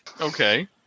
Okay